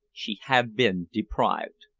she had been deprived.